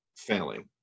failing